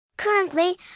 Currently